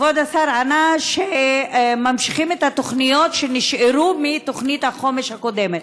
כבוד השר ענה שממשיכים את התוכניות שנשארו מתוכנית החומש הקודמת.